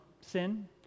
sin